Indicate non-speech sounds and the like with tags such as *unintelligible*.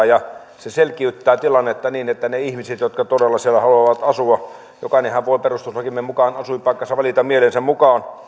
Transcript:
*unintelligible* ja kannatettava se selkiyttää tilannetta niiden ihmisten kohdalla jotka todella siellä haluavat asua jokainenhan voi perustuslakimme mukaan asuinpaikkansa valita mielensä mukaan